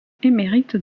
émérite